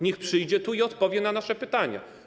Niech przyjdzie tu i odpowie na nasze pytania.